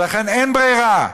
ולכן אין ברירה,